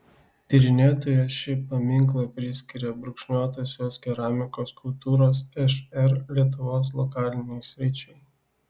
tyrinėtoja šį paminklą priskiria brūkšniuotosios keramikos kultūros šr lietuvos lokalinei sričiai